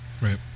Right